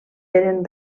eren